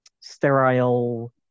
sterile